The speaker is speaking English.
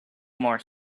more